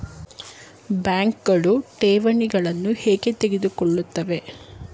ಬ್ಯಾಂಕುಗಳು ಠೇವಣಿಗಳನ್ನು ಏಕೆ ತೆಗೆದುಕೊಳ್ಳುತ್ತವೆ?